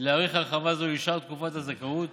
להאריך הרחבה זו לשאר תקופות הזכאות.